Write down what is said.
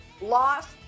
lost